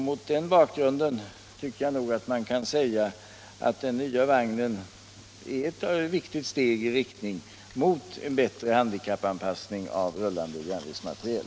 Mot den bakgrunden tycker jag nog att man kan säga att tillkomsten av den nya vagnen är ett viktigt steg i riktning mot en bättre handikappanpassning av rullande järnvägsmateriel.